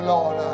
Lord